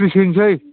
थ्रिस होनोसै